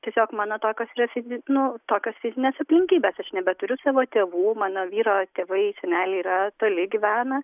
tiesiog mano tokios yra fizi nu tokios fizinės aplinkybes aš nebeturiu savo tėvų mano vyro tėvai seneliai yra toli gyvena